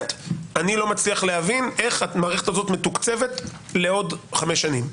אני לא מבין איך מערכת כזו מתוקצבת לעוד חמש שנים,